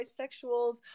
bisexuals